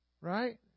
Right